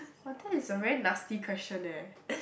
but that is a very nasty question eh